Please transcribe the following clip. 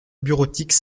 bureautique